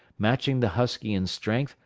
matching the husky in strength,